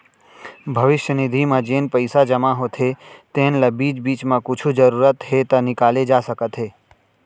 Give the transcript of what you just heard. भविस्य निधि म जेन पइसा जमा होथे तेन ल बीच बीच म कुछु जरूरत हे त निकाले जा सकत हे